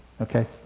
okay